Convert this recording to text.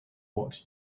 what